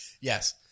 Yes